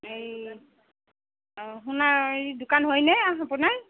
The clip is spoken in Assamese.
এই অ সোণৰ দোকান হয়নে আপোনাৰ